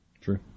True